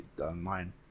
online